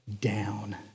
down